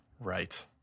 Right